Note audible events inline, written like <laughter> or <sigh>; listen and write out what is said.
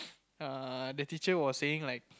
<noise> err the teacher was saying like